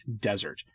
desert